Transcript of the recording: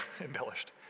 embellished